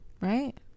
Right